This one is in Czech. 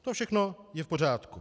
To všechno je v pořádku.